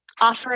offer